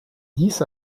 dix